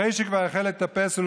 אחרי שכבר החל לטפס,